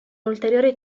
ulteriore